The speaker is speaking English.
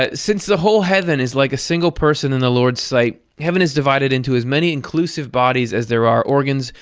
ah since the whole heaven is like a single person in the lord's sight, heaven is divided into as many inclusive bodies as there are organs,